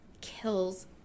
kills